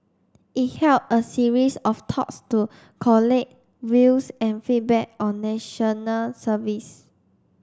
it held a series of talks to collate views and feedback on National Service